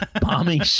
Bombing